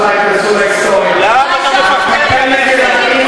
בניגוד למה שאמרת, מה אתה משאיר אחריך?